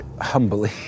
Humbly